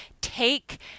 take